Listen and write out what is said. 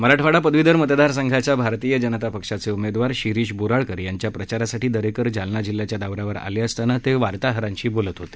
मराठवाडा पदवीधर मतदार संघाच्या भारतीय जनता पक्षाचे उमेदवार शिरीष बोराळकर यांच्या प्रचारासाठी दरेकर हे जालना जिल्ह्याच्या दौऱ्यावर आले असताना ते वार्ताहरांशी बोलत होते